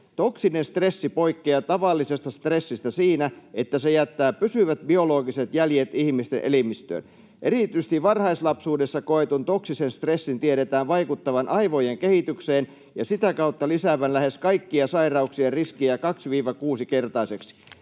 Toksinen stressi poikkeaa tavallisesta stressistä siinä, että se jättää pysyvät biologiset jäljet ihmisten elimistöön. Erityisesti varhaislapsuudessa koetun toksisen stressin tiedetään vaikuttavan aivojen kehitykseen ja sitä kautta lisäävän lähes kaikkia sairauksien riskiä 2—6-kertaiseksi.”